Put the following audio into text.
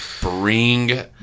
Bring